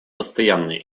постоянные